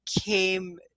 came